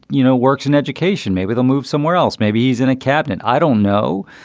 you know, works in education. maybe they'll move somewhere else. maybe he's in a cabinet. i don't know.